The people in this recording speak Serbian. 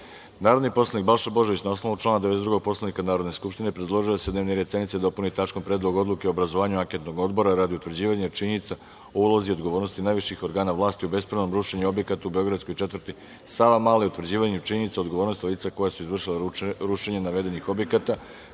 poslanik Balša Božović, na osnovu člana 92. Poslovnika Narodne skupštine, predložio je da se dnevni red sednice dopuni tačkom - Predlog odluke o obrazovanju Anketnog odbora radi utvrđivanja činjenica o ulozi i odgovornosti najviših organa vlasti u bespravnom rušenju objekata u beogradskoj četvrti Savamala i utvrđivanju činjenica o odgovornosti lica koja su izvršila rušenje navedenih objekata,